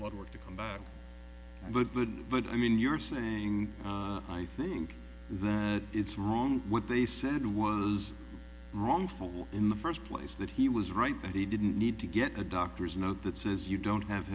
blood work to come back but i mean you're saying i think that it's wrong what they said was wrong fall in the first place that he was right that he didn't need to get a doctor's note that says you don't have